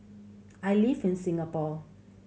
I live in Singapore